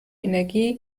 energie